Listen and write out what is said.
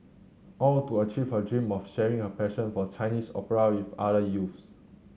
all to achieve her dream of sharing her passion for Chinese opera with other youths